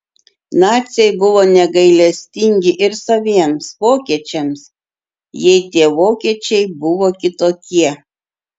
naciai buvo negailestingi ir saviems vokiečiams jei tie vokiečiai buvo kitokie